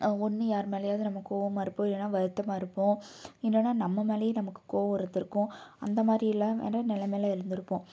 ஒன்று யார் மேலேயாவது நம்ம கோவமாக இருப்போம் இல்லைனா வருத்தமாக இருப்போம் இல்லைனா நம்ம மேலையே நமக்கு கோவம் இருந்துருக்கும் அந்தமாதிரி எல்லாம் வேறு நிலமையில இருந்துருப்போம்